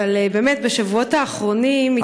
אבל באמת בשבועות האחרונים הצטברו,